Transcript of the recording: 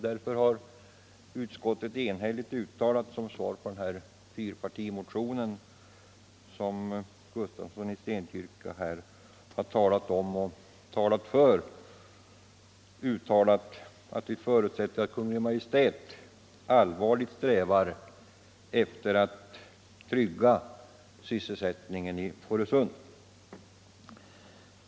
Därför har utskottet enhälligt uttalat som svar på den fyrpartimotion herr Gustafsson har talat om och talat för att vi förutsätter att Kungl. Maj:t allvarligt strävar efter att trygga sysselsättningen i Fårösund.